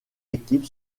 équipe